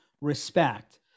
respect